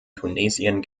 tunesien